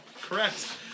Correct